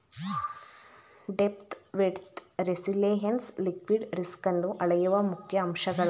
depth, width, resilience liquidity ರಿಸ್ಕನ್ನು ಅಳೆಯುವ ಮುಖ್ಯ ಅಂಶಗಳಾಗಿವೆ